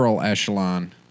echelon